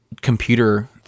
computer